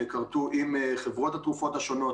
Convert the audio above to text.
כרתו עם חברות התרופות השונות,